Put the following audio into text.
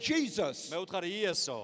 Jesus